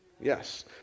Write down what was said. Yes